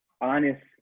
honest